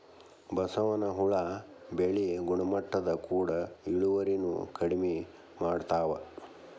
ಬಸವನ ಹುಳಾ ಬೆಳಿ ಗುಣಮಟ್ಟದ ಕೂಡ ಇಳುವರಿನು ಕಡಮಿ ಮಾಡತಾವ